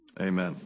amen